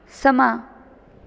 ਸਮਾਂ